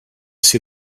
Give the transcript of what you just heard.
see